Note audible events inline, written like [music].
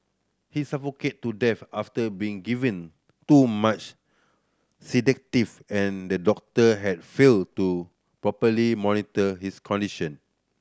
he suffocated to death after being given too much [unintelligible] and the doctor had failed to properly monitor his condition